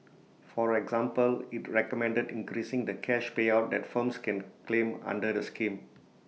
for example IT recommended increasing the cash payout that firms can claim under the scheme